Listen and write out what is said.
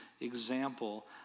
example